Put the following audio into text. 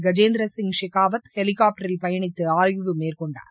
கஜேந்திர சிங் ஷெகாவத் ஹெலிகாப்டரில் பயணித்து ஆய்வு மேற்கொண்டார்